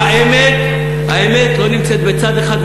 האמת לא נמצאת בצד אחד,